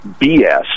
bs